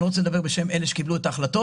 אני לא רוצה לדבר בשם אלה שקיבלו את ההחלטות,